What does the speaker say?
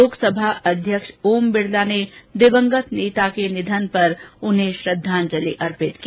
लोकसभा अध्यक्ष ओम बिरला ने दिवंगत नेता के निधन पर उन्हें श्रद्वांजलि अर्पित की